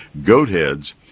Goatheads